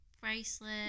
bracelet